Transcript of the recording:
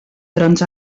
trons